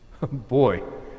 Boy